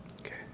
Okay